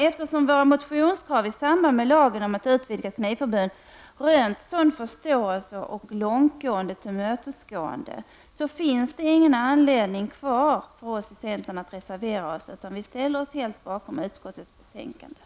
Eftersom våra motionskrav i samband med lagförslaget om ett utvidgat knivförbud rönt sådan förståelse och ett stort tillmötesgående, finns det ingen kvarstående anledning att reservera sig mot utskottets hemställan, utan vi ställer oss bakom den i dess helhet.